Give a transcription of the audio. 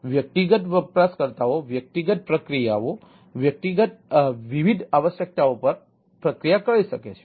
તેથી વ્યક્તિગત વપરાશકર્તાઓ વ્યક્તિગત પ્રક્રિયાઓ વિવિધ આવશ્યકતાઓ પર પ્રક્રિયા કરી શકે છે